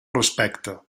respecte